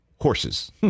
horses